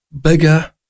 bigger